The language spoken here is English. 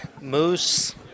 Moose